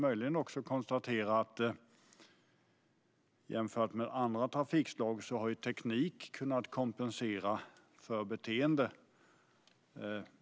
Vi kan konstatera att för andra trafikslag har teknik kunnat kompensera för beteende.